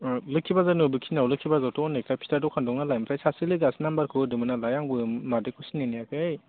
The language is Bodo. अ लोखि बाजारनि बबे खिनियाव लोखि बाजारावथ' अनेकथा फिथा दखान दङ नालाय सासे लोगोआसो नामबारखौ होदोंमोननालाय आंबो मादैखौसो नेनायखाय